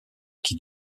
qui